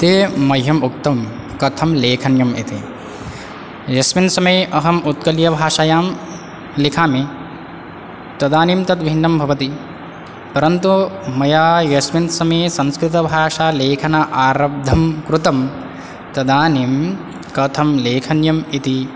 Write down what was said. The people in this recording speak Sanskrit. ते मह्यम् उक्तं कथं लेखनीयम् इति यस्मिन् समये अहम् उत्कलभाषायां लिखामि तदानीं तद्भिन्नं भवति परन्तु मया यस्मिन् समये संस्कृतभााषालेखन आरब्धं कृतं तदानिं कथं लेखनीम् इति